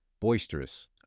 boisterous